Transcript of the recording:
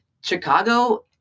Chicago